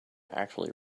actually